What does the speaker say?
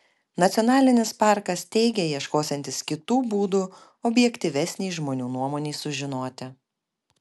nacionalinis parkas teigia ieškosiantis kitų būdų objektyvesnei žmonių nuomonei sužinoti